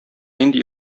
нинди